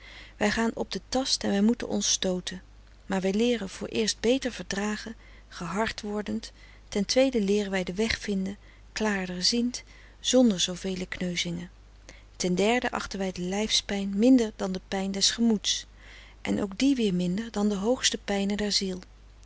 wij gaan op den tast en wij moeten ons stooten maar wij leeren vooreerst beter verdragen gehard wordend ten tweede leeren wij den weg vinden klaarder ziend zonder zoovele kneuzingen ten derde achten wij de lijfspijn minder dan de pijn des gemoeds en ook die weer minder dan de hoogste pijnen der ziel